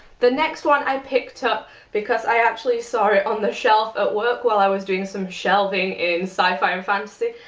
the next one i picked up because i actually saw it on the shelf at work while i was doing some shelving in sci-fi and fantasy,